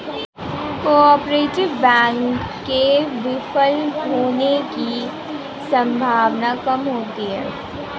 cooperative bank के विफल होने की सम्भावना काम होती है